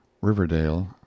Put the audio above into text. Riverdale